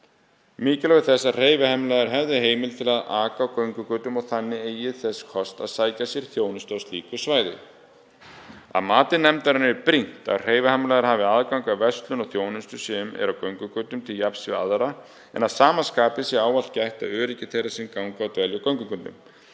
mikilvægi þess að hreyfihamlaðir hefðu heimild til að aka á göngugötum og þannig eiga þess kost að sækja sér þjónustu á slíku svæði. Að mati nefndarinnar er brýnt að hreyfihamlaðir hafi aðgang að verslun og þjónustu sem er á göngugötum til jafns við aðra en að sama skapi sé ávallt gætt að öryggi þeirra sem ganga og dvelja á göngugötum.